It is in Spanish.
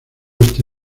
este